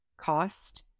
cost